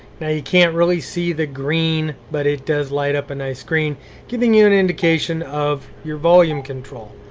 now, you can't really see the green but it does light up a nice green giving you an indication of your volume control.